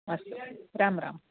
अस्तु राम राम